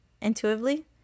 intuitively